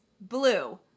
blue